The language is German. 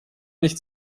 nicht